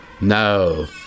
No